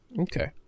Okay